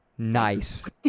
Nice